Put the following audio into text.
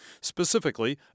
Specifically